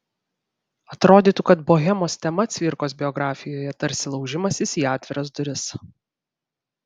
atrodytų kad bohemos tema cvirkos biografijoje tarsi laužimasis į atviras duris